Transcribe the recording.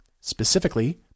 specifically